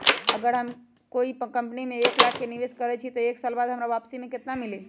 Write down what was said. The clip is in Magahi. अगर हम कोई कंपनी में एक लाख के निवेस करईछी त एक साल बाद हमरा वापसी में केतना मिली?